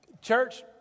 Church